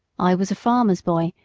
i was a farmer's boy,